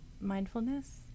mindfulness